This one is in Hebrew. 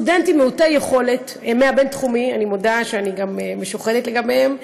הם מהבינתחומי, ואני מודה שאני גם משוחדת לגביהם.